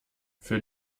für